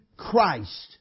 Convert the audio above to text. Christ